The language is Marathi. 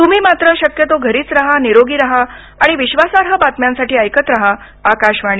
तुम्ही मात्र शक्यतो घरीच रहा निरोगी रहा आणि विश्वासार्ह बातम्यांसाठी ऐकत रहा आकाशवाणी